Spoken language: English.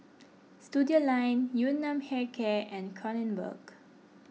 Studioline Yun Nam Hair Care and Kronenbourg